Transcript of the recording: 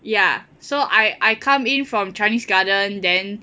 ya so I I come in from chinese garden then